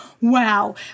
wow